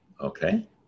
okay